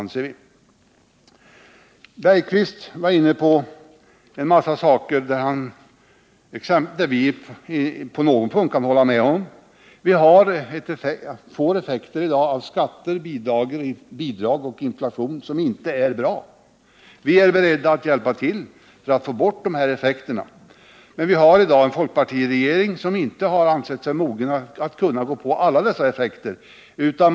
Holger Bergqvist tog upp en massa saker, där vi på någon punkt kan hålla med honom. Skatter, bidrag och inflation ger i dag effekter som inte är bra. Vi är beredda att hjälpa till för att få bort dessa effekter. Men vi har i dag en folkpartiregering, som inte anser sig mogen att ingripa mot alla dessa effekter.